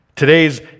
Today's